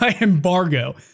Embargo